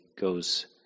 goes